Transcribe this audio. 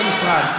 בנפרד.